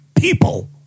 people